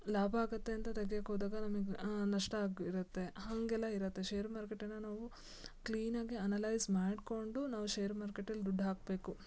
ಲಾಭ ಆಗುತ್ತೆ ಅಂತ ತೆಗಿಯೋಕ್ ಹೋದಾಗ ನಮಗೆ ನಷ್ಟ ಆಗಿರುತ್ತೆ ಹಾಗೆಲ್ಲ ಇರುತ್ತೆ ಶೇರು ಮಾರುಕಟ್ಟೆನ ನಾವು ಕ್ಲೀನಾಗಿ ಅನಲೈಸ್ ಮಾಡಿಕೊಂಡು ನಾವು ಶೇರು ಮಾರುಕಟ್ಟೇಲಿ ದುಡ್ಡು ಹಾಕಬೇಕು